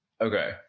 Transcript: Okay